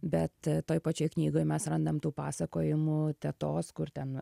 bet toj pačioj knygoj mes randam tų pasakojimų tetos kur ten